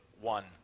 one